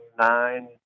nine